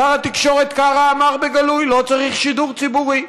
שר התקשורת קרא אמר בגלוי: לא צריך שידור ציבורי.